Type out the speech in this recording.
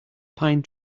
pine